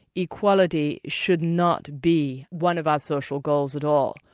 equality should not be one of our social goals at all.